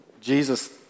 Jesus